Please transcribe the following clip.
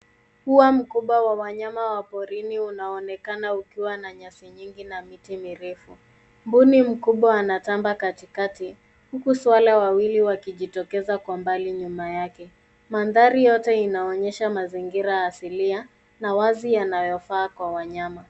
Ua mkubwa wa wanyama wa porini unaonekana ukiwa na nyasi nyingi na miti mirefu. Mbuni mkubwa anatamba katikati huku swala wawili wakijitokeza kwa mbali nyuma yake. Mandhari yote inaonyesha mazingira asili na wazi yanayofaa kwa wanyama.